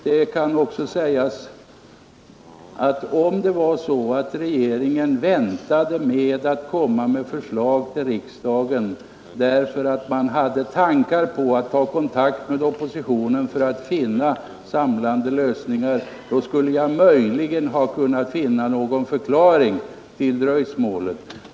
Om det dessutom hade varit så att regeringen dröjde med att komma med förslag till riksdagen därför att man hade tankar på att ta kontakt med oppositionen för att finna samlande lösningar, skulle jag möjligen ha kunnat betrakta detta som en förklaring till dröjsmålet.